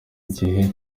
gihe